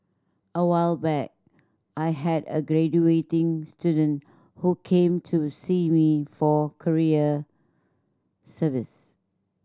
a while back I had a graduating student who came to see me for career service